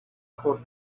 put